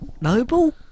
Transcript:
noble